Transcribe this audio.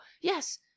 yes